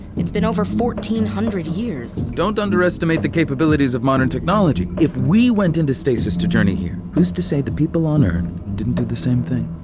it's been over fourteen hundred years don't underestimate the capabilities of modern technology. if we went into stasis to journey here, who's to say the people on earth didn't do the same thing?